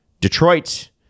Detroit